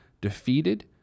defeated